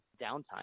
downtime